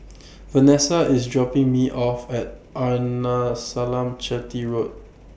Vanessa IS dropping Me off At Arnasalam Chetty Road